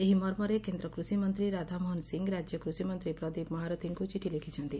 ଏହି ମର୍ମରେ କେନ୍ଦ କୃଷିମନ୍ତୀ ରାଧାମୋହନ ସିଂହ ରାଜ୍ୟ କୃଷିମନ୍ତୀ ପ୍ରଦୀପ ମହାରଥୀଙ୍କୁ ଚିଠି ଲେଖିଛନ୍ତି